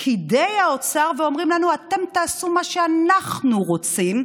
פקידי האוצר ואומרים: אתם תעשו מה שאנחנו רוצים.